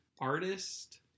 artist